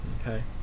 Okay